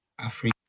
Africa